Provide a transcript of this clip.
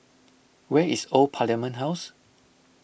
where is Old Parliament House